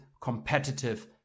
competitive